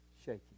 shaking